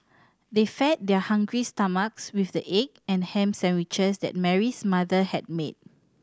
they fed their hungry stomachs with the egg and ham sandwiches that Mary's mother had made